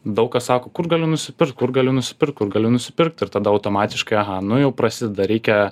daug kas sako kur galiu nusipirkt kur galiu nusipirkt kur galiu nusipirkt ir tada automatiškai aha nu jau prasideda reikia